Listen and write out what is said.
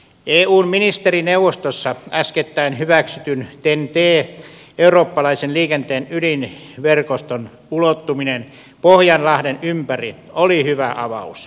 eun ministerineuvostossa äskettäin hyväksytyn eurooppalaisen liikenteen ydinverkoston ten tn ulottuminen pohjanlahden ympäri oli hyvä avaus